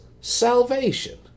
salvation